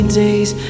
days